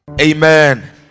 Amen